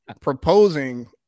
proposing